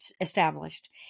established